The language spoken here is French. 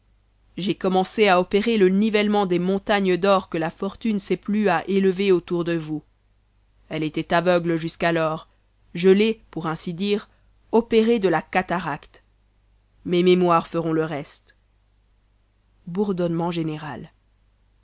j'ai commencé à opérer le nivellement des montagnes d'or que la fortune s'est plu à élever autour de vous elle était aveugle jusqu'alors je l'ai pour ainsi dire opérée de la cataracte mes mémoires feront le reste